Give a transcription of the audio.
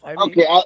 Okay